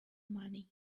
money